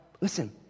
Listen